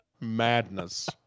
madness